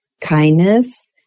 kindness